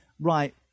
right